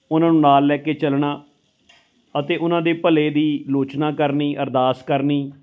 ਉਹਨਾਂ ਨੂੰ ਨਾਲ ਲੈ ਕੇ ਚੱਲਣਾ ਅਤੇ ਉਹਨਾਂ ਦੇ ਭਲੇ ਦੀ ਲੋਚਨਾ ਕਰਨੀ ਅਰਦਾਸ ਕਰਨੀ